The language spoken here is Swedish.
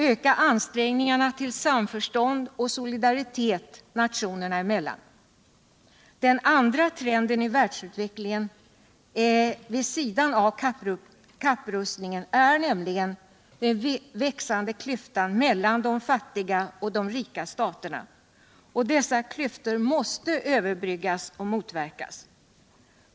öka ansträngningarna till samförstånd och solidaritet nationerna emellan. Den andra trenden i världsutvecklingen vid sidan av kapprustningen är nämligen den växande klyftan mellan de fattiga och de rika staterna. Denna klyfta måsie överbryggas.